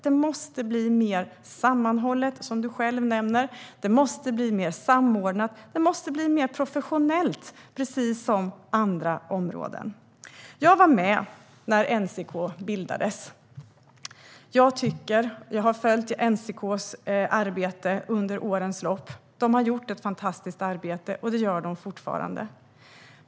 Det måste bli mer sammanhållet, vilket du själv nämner, mer samordnat och mer professionellt, som det är på andra områden. Jag var med när NCK bildades och har följt dess arbete under årens lopp. Ett fantastiskt arbete har gjorts, och det görs fortfarande.